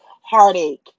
heartache